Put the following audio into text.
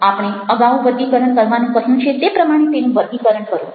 આપણે અગાઉ વર્ગીકરણ કરવાનું કહ્યું છે તે પ્રમાણે તેનું વર્ગીકરણ કરો